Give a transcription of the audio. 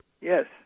Yes